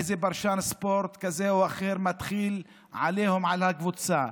איזה פרשן ספורט כזה או אחר מתחיל בעליהום על הקבוצה,